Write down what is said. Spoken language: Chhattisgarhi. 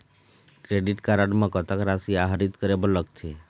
क्रेडिट कारड म कतक राशि आहरित करे बर लगथे?